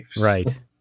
Right